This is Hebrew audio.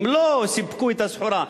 הם לא סיפקו את הסחורה,